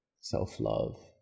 self-love